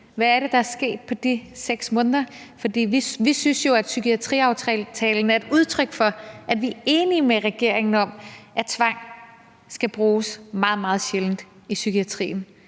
Hvad er det, der er sket på de 6 måneder? For vi synes jo, at psykiatriaftalen er et udtryk for, at vi er enige med regeringen om, at tvang skal bruges meget, meget sjældent i psykiatrien.